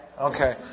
Okay